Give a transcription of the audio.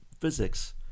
physics